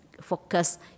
focus